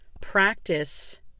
practice